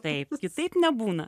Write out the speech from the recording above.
taip kitaip nebūna